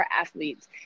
athletes